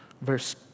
verse